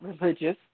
religious